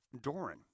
Doran